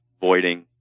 voiding